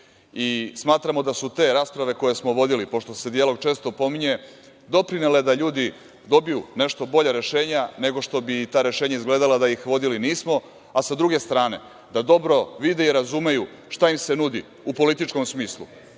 i smatramo da su te rasprave koje smo vodili, pošto se dijalog često pominje, doprinele da ljudi dobiju nešto bolja rešenja nego što bi ta rešenja izgledala da ih vodili nismo, a sa druge strane da dobro vide i razumeju šta im se nudi u političkom smislu